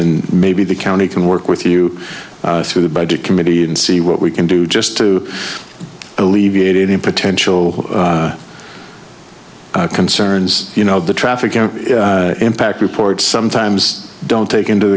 in maybe the county can work with you through the budget committee and see what we can do just to alleviate it in potential concerns you know the traffic impact reports sometimes don't take into